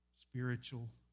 spiritual